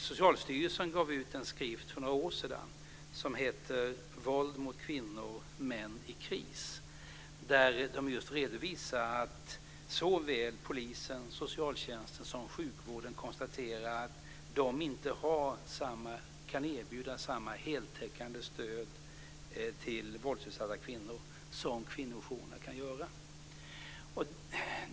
Socialstyrelsen gav ut en skrift för några år sedan som heter Våld mot kvinnor - män i kris där man just redovisar att såväl polisen, socialtjänsten som sjukvården konstaterar att de inte kan erbjuda samma heltäckande stöd till våldsutsatta kvinnor som kvinnojourerna.